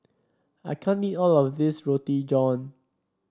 I can't eat all of this Roti John